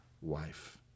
wife